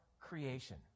creation